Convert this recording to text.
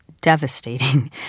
devastating